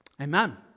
Amen